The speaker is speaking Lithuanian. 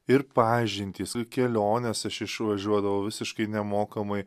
ir pažintys kelionės aš išvažiuodavau visiškai nemokamai